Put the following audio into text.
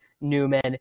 Newman